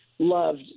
loved